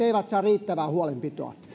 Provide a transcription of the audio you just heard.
eivät saa riittävää huolenpitoa